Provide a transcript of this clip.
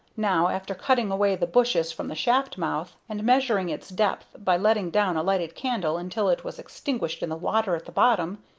now, after cutting away the bushes from the shaft-mouth, and measuring its depth by letting down a lighted candle until it was extinguished in the water at the bottom,